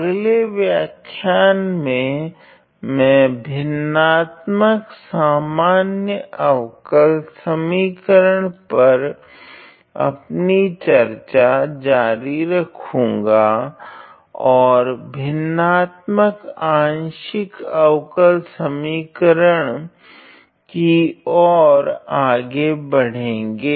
अगले व्याख्यान में मैं भिन्नात्मक सामान्य अवकल समीकरण पर अपनी चर्चा जारी रखूँगा और भिन्नात्मक आंशिक अवकल समीकरण की ओर आगे बढ़ेंगे